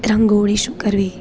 રંગોળી શું કરવી